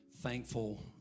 thankful